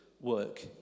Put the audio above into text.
work